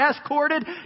escorted